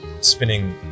spinning